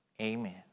Amen